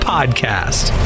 Podcast